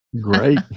great